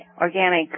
organic